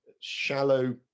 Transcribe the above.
shallow